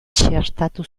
txertatu